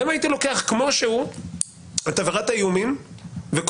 גם אם הייתי לוקח כמו שהוא את עבירת האיומים וכותב